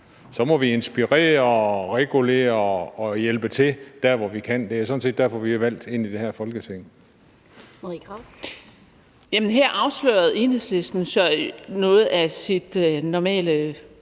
Så må vi inspirere, regulere og hjælpe til der, hvor vi kan. Det er sådan set derfor, vi er valgt ind i det her Folketing. Kl. 11:30 Den fg. formand